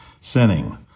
sinning